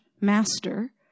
master